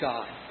God